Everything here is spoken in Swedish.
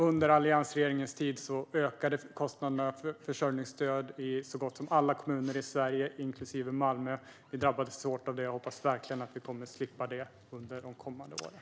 Under alliansregeringens tid ökade kostnaderna för försörjningsstöd i så gott som alla kommuner i Sverige, inklusive Malmö. Vi drabbades hårt av det, och jag hoppas verkligen att vi kommer att slippa det under de kommande åren.